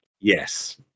Yes